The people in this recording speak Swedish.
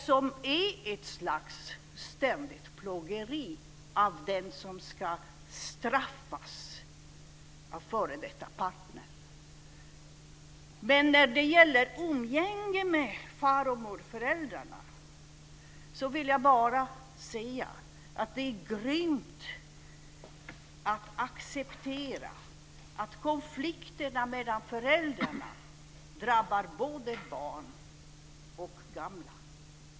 De är ett slags ständigt plågeri av dem som straffas av en f.d. partner. När det gäller umgänge med far och morföräldrarna vill jag bara säga att det är grymt att acceptera att konflikterna mellan föräldrarna drabbar både barn och gamla.